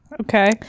okay